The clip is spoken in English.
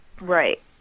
Right